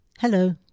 Hello